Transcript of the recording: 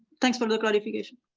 thanks for the clarification.